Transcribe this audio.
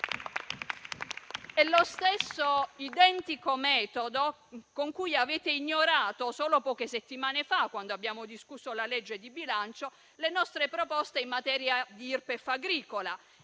È lo stesso identico metodo con cui avete ignorato solo poche settimane fa, quando abbiamo discusso la legge di bilancio, le nostre proposte in materia di Irpef agricola